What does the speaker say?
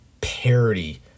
parody